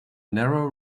narrow